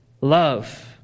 love